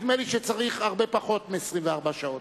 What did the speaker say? נדמה לי שצריך הרבה פחות מ-24 שעות,